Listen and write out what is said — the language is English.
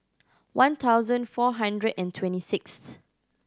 one thousand four hundred and twenty sixth